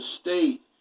state